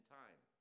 time